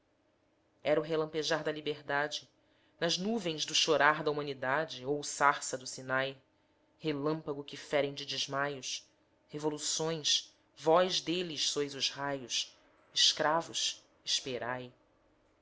era o relampejar da liberdade nas nuvens do chorar da humanidade ou sarça do sinai relâmpagos que ferem de desmaios revoluções vós deles sois os raios escravos esperai